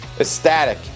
ecstatic